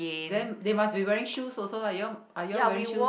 then they must be wearing shoes also lah you all are you all wearing shoes